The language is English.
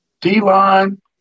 D-line –